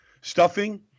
stuffing